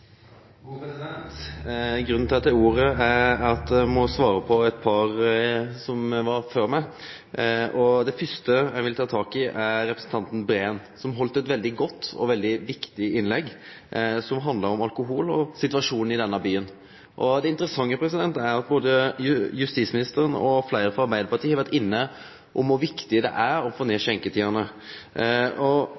Breen. Han heldt eit veldig godt og veldig viktig innlegg som handla om alkohol og situasjonen i denne byen. Det interessante er at både justisministeren og fleire frå Arbeidarpartiet har vore inne på kor viktig det er å få ned